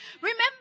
Remember